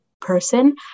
person